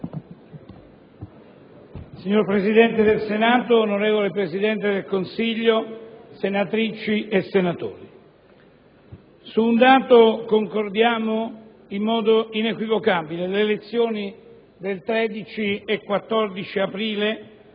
Signor Presidente del Senato, onorevole Presidente del Consiglio, senatrici e senatori, su un dato concordiamo in modo inequivocabile: le elezioni del 13 e 14 aprile